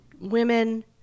women